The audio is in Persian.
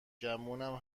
گمونم